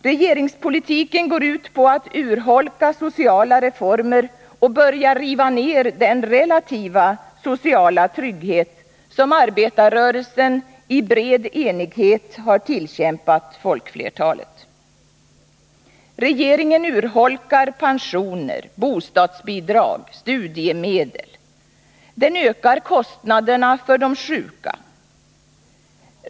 Regeringspolitiken går ut på att urholka sociala reformer och börja riva ner den relativa sociala trygghet som arbetarrörelsen — i bred enighet — tillkämpat folkflertalet. Regeringen urholkar pensioner, bostadsbidrag, studiemedel. Den ökar kostnaderna för de sjuka.